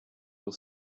will